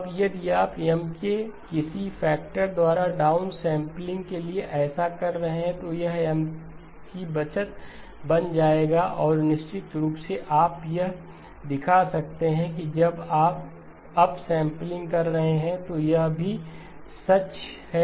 अब यदि आप M के किसी फैक्टर द्वारा डाउन सैंपलिंग के लिए ऐसा कर रहे हैं तो यह M की बचत बन जाएगा और निश्चित रूप से आप यह दिखा सकते हैं कि जब आप अप सैंपलिंग कर रहे हों तो यह भी सच है